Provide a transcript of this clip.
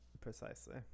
Precisely